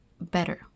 better